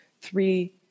three